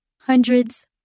hundreds